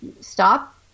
Stop